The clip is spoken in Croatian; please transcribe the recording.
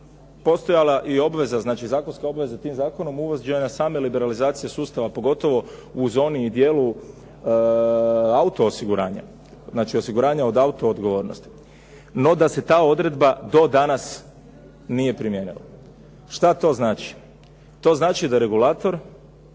postojala i obveza, znači zakonska obveza tim zakonom uvođena je samo liberalizacije sustava pogotovo u zoni i dijelu auto osiguranja, znači osiguranja od auto odgovornosti. No da se ta odredba do danas nije primijenila. Što to znači? To znači da regulator